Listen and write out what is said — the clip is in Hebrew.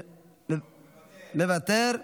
מוותר.